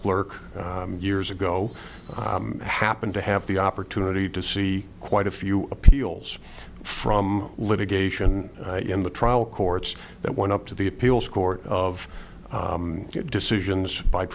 clerk years ago i happened to have the opportunity to see quite a few appeals from litigation in the trial courts that went up to the appeals court of decisions by